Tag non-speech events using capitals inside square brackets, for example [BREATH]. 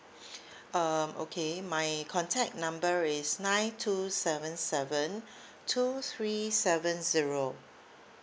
[BREATH] um okay my contact number is nine two seven seven two three seven zero